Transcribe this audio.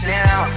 now